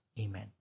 amen